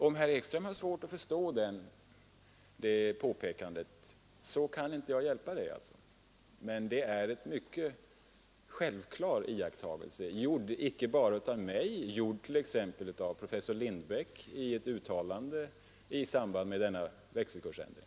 Om herr Ekström har svårt att förstå det påpekandet kan inte jag hjälpa det, men det är en självklar iakttagelse, gjord icke bara av mig, utan gjord t.ex. av professor Lindbeck i ett uttalande i samband med denna växelkursändring.